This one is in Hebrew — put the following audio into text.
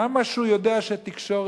כמה שהוא יודע שהתקשורת